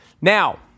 Now